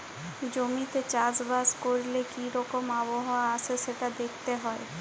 জমিতে চাষ বাস ক্যরলে কি রকম আবহাওয়া আসে সেটা দ্যাখতে হ্যয়